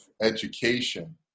education